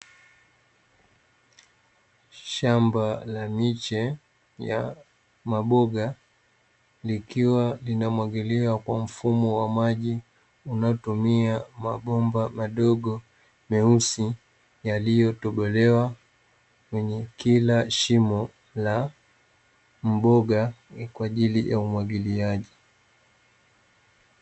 Shamba la miche ya maboga likiwa linamwagiliwa kwa mfumo wa maji unaotumia mabomba madogo meusi, yaliyotobolewa kwenye kila shimo la mboga kwa ajili ya umwagiliaji.